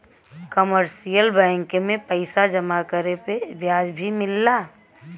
commercial bank में पइसा जमा करे पे ब्याज भी मिलला